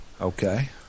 Okay